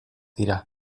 dira